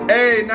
Hey